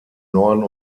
norden